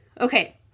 Okay